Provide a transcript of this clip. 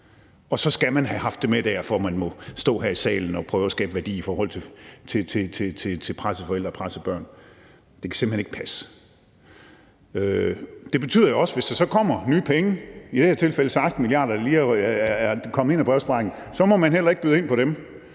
og så skal man have haft det med der, for at man må stå her i salen og prøve at skabe værdi i forhold til pressede forældre og pressede børn? Det kan simpelt hen ikke passe. Det betyder jo også, at hvis der kommer nye penge – i det her tilfælde er der lige kommet 16 mia. kr. ind ad brevsprækken – så må der heller ikke bydes ind på dem.